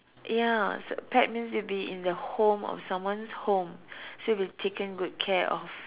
ya s~ pet means will be in the home or someone's home so you'll be taken good care of